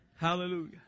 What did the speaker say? Hallelujah